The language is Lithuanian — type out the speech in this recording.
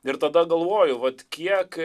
ir tada galvoju vat kiek